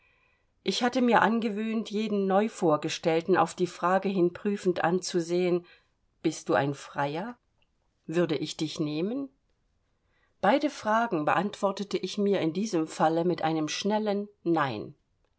ich hatte mir angewöhnt jeden neuvorgestellten auf die frage hin prüfend anzusehen bist du ein freier würde ich dich nehmen beide fragen beantwortete ich mir in diesem falle mit einem schnellen nein